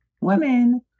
women